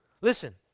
Listen